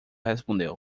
respondeu